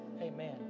Amen